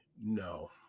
no